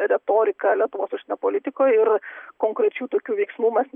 retorika lietuvos užsienio politikoj ir konkrečių tokių veiksmų mes